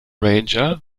ranger